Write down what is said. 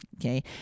okay